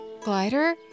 Glider